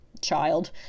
child